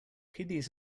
kidneys